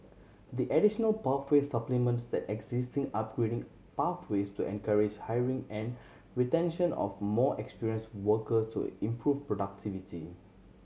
the additional pathway supplements the existing upgrading pathways to encourage hiring and retention of more experience workers to improve productivity